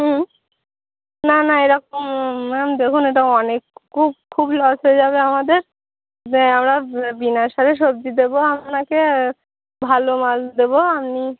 হুম না না এরকম ম্যাম দেখুন এটা অনেক খুব খুবই লস হয়ে যাবে আমাদের আমরা বিনা সারের সবজি দেবো আপনাকে ভালো মাল দেবো আপনি